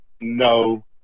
no